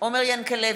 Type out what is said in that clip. עומר ינקלביץ'